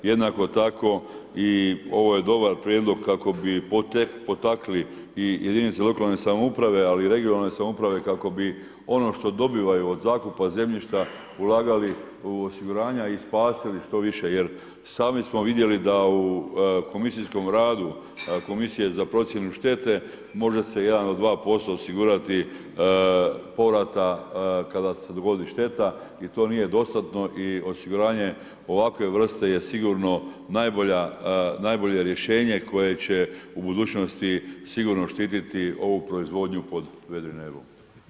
Jednako tako i ovo je dobar prijedlog kako bi potakli i jedinice lokalne samouprave, ali i regionalne samouprave kako bi ono što dobivaju od zakupa zemljišta ulagali u osiguranja i spasili što više jer sami smo vidjeli da u komisijskom radu komisije za procjenu štete možda se 1-2% osigurati povrata kada se dogodi šteta i do nije dostatno i osiguranje ovakve vrste je sigurno najbolje rješenje koje će u budućnosti sigurno štititi ovu proizvodnju pod vedrim nebom.